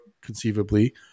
conceivably